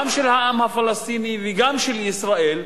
גם של העם הפלסטיני וגם של ישראל,